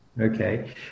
okay